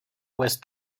west